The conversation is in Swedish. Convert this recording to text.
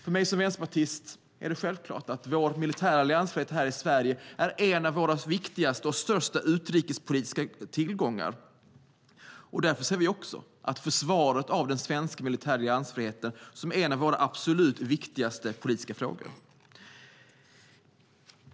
För mig som vänsterpartist är det självklart att vår militära alliansfrihet är en av våra viktigaste och största utrikespolitiska tillgångar. Därför ser vi försvaret av den svenska militära alliansfriheten som en av de absolut viktigaste politiska frågorna.